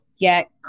get